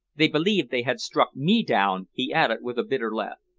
they believed they had struck me down, he added, with a bitter laugh.